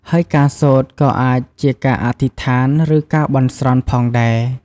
ហើយការសូត្រក៏អាចជាការអធិដ្ឋាន ឬការបន់ស្រន់ផងដែរ។